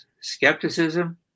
skepticism